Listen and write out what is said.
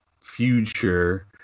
future